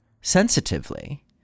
sensitively